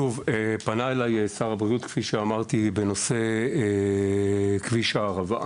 פנה אלי שר הבריאות בנושא כביש הערבה.